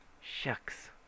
Shucks